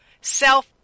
Self